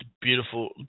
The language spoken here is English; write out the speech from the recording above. Beautiful